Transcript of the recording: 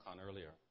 earlier